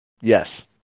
Yes